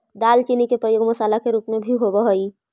दालचीनी के प्रयोग मसाला के रूप में भी होब हई